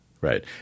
right